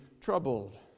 troubled